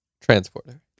transporter